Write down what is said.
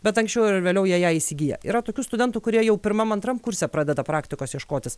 bet anksčiau ar vėliau jie ją įsigija yra tokių studentų kurie jau pirmam antram kurse pradeda praktikos ieškotis